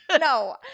No